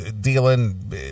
dealing